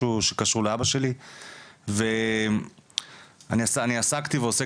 זה משהו שקשור לאבא שלי ואני עסקתי ועוסק